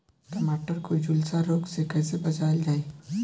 टमाटर को जुलसा रोग से कैसे बचाइल जाइ?